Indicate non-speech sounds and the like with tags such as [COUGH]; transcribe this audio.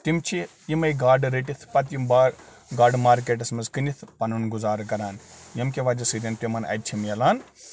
تِم چھِ یِمَے گاڈٕ رٔٹِتھ پَتہٕ یِم [UNINTELLIGIBLE] گاڈٕ مارکٮ۪ٹَس منٛز کٕنِتھ پَنُن گُزارٕ کَران ییٚمہِ کہِ وجہ سۭتۍ تِمن اَتہِ چھِ مِلان